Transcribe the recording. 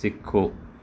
ਸਿੱਖੋ